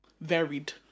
varied